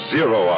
Zero